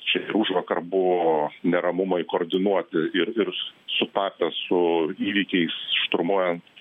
čia ir užvakar buvo neramumai koordinuoti ir ir sutapę su įvykiais šturmuojant